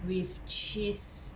with cheese